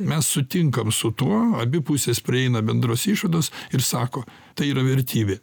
mes sutinkam su tuo abi pusės prieina bendros išvados ir sako tai yra vertybė